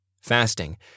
Fasting